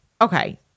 Okay